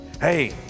Hey